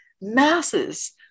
masses